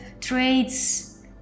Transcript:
traits